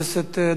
הכנסת דב חנין.